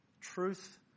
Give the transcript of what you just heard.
truth